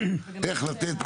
איך לתת,